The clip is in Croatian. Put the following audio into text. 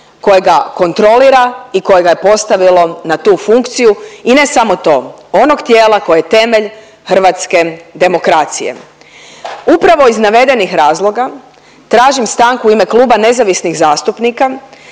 koje ga kontrolira i koje ga je postavilo na tu funkciju i ne samo to, onog tijela koje je temelj hrvatske demokracije. Upravo iz navedenih razloga tražim stanku u ime Kluba nezavisnih zastupnika